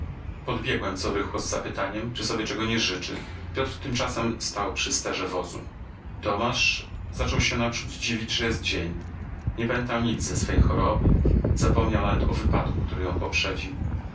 podbiegłem co rychło z zapytaniem czy sobie czego nie życzy piotr tymczasem stał przy sterze wozu tomasz zaczął się naprzód dziwić że jest dzień nie pamiętał nic ze swej choroby zapomniał nawet o wypadku który ją poprzedził